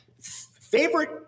Favorite